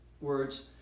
words